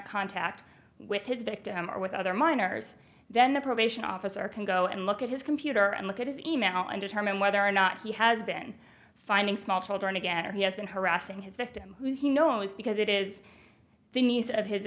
contact with his victim or with other minors then the probation officer can go and look at his computer and look at his e mail and determine whether or not he has been finding small children again or he has been harassing his victim who he knows because it is the niece of his